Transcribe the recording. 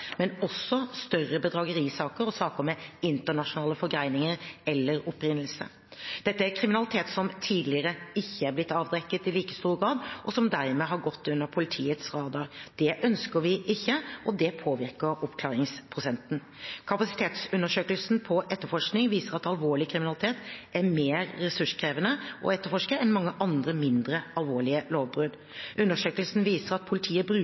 men også større bedragerisaker og saker med internasjonale forgreininger eller opprinnelse. Dette er kriminalitet som tidligere ikke har blitt avdekket i like stor grad, og som dermed har gått under politiets radar. Det ønsker vi ikke, og det påvirker oppklaringsprosenten. Kapasitetsundersøkelsen på etterforskning viser at alvorlig kriminalitet er mer ressurskrevende å etterforske enn mange andre, mindre alvorlige, lovbrudd. Undersøkelsen viser at politiet bruker